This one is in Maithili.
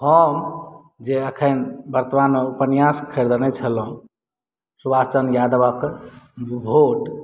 हम जे अखन वर्तमानमे उपन्यास खरीदने छलहुँ सुभाष चन्द्र यादवक भोट